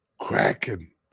Kraken